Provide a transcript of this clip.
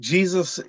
Jesus